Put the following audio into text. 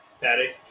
Patty